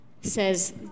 says